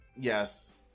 Yes